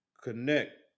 connect